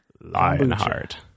Lionheart